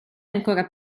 ancora